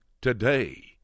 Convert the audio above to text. today